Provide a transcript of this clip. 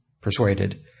persuaded